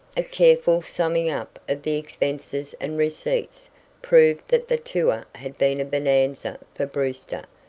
a careful summing up of the expenses and receipts proved that the tour had been a bonanza for brewster.